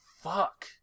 Fuck